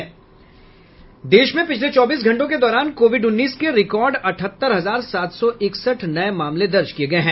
देश में पिछले चौबीस घंटों के दौरान कोविड उन्नीस के रिकॉर्ड अठहत्तर हजार सात सौ इकसठ नये मामले दर्ज किये गये हैं